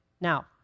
Now